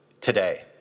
today